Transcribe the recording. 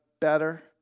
better